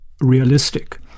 realistic